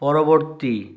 পরবর্তী